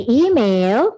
email